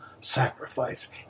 sacrifice